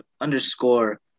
underscore